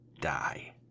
die